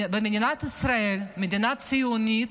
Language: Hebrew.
במדינת ישראל, מדינה ציונית,